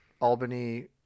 Albany